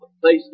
place